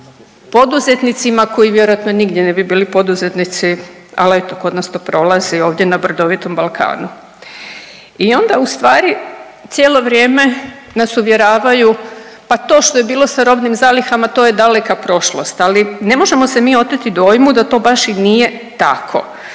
poduzetnicima koji vjerojatno nigdje ne bi bili poduzetnici ali eto kod nas to prolazi ovdje na brdovitom Balkanu. I onda ustvari cijelo vrijeme nas uvjeravaju pa to što je bilo sa robnim zalihama to je daleka prošlost, ali ne možemo se mi oteti dojmu da to baš i nije tako.